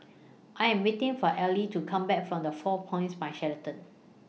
I Am waiting For Elie to Come Back from The four Points By Sheraton